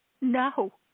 no